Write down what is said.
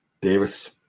Davis